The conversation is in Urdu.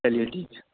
چلیے ٹھیک ہے